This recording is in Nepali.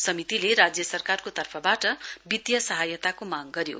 समितिले राज्य सरकारको तर्फबाट वित्तीय सहयताको माँग गर्यो